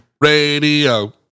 Radio